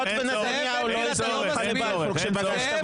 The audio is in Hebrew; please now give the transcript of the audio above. זאב אלקין